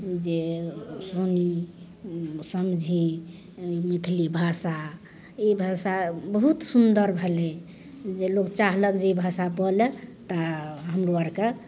जे सुनी समझी मैथिली भाषा इ भाषा बहुत सुंदर भेलै जे लोक चाहलक जे ई भाषा बोलै तऽ हमरो आरके